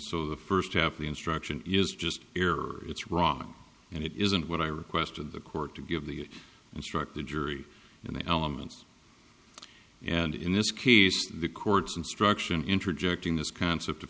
so the first half of the instruction is just error it's wrong and it isn't what i requested the court to give the instruct the jury in the elements and in this case the court's instruction interjecting this concept of